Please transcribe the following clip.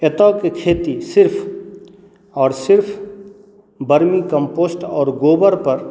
एतयके खेती सिर्फ आओर सिर्फ वर्मी कम्पोस्ट आओर गोबरपर